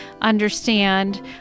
understand